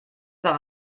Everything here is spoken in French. par